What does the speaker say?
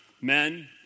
men